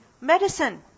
Medicine